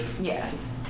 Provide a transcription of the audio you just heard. Yes